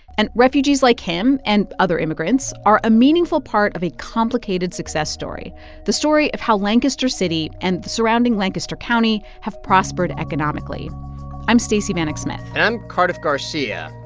and refugees like him and other immigrants are a meaningful part of a complicated success story the story of how lancaster city and the surrounding lancaster county have prospered economically i'm stacey vanek smith and i'm cardiff garcia.